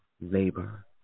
labor